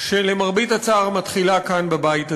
שלמרבה הצער מתחילה כאן, בבית הזה.